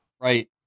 right